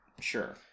Sure